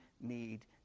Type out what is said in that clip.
need